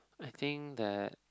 I think that